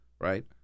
Right